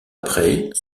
après